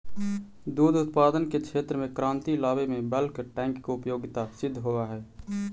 दुध उत्पादन के क्षेत्र में क्रांति लावे में बल्क टैंक के उपयोगिता सिद्ध होवऽ हई